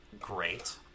Great